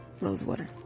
Rosewater